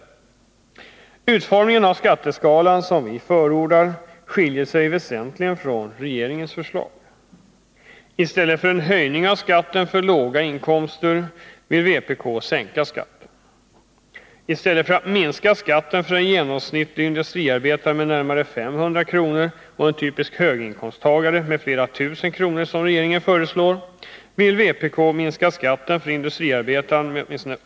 Den utformning av skatteskalan som vi förordar skiljer sig väsentligt från regeringens förslag. I stället för den höjning av skatten för låga inkomsttagare som regeringens förslag innebär vill vi sänka skatten. I stället för att minska skatten för en genomsnittlig industriarbetare med närmare 500 kr. och för en typisk höginkomsttagare med flera tusen kronor, som regeringen förslår, vill vpk minska skatten för industriarbetaren med 800 kr.